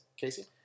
Casey